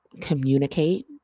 communicate